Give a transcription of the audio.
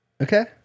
Okay